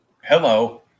hello